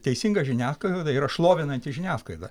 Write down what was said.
teisinga žiniasklaida tai yra šlovinanti žiniasklaida